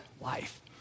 life